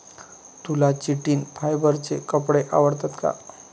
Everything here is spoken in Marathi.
तुला चिटिन फायबरचे कपडे आवडतात का?